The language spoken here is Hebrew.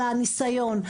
אלא ניסיון.